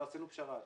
עשינו פשרה.